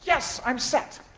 yes! i'm set!